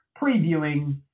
previewing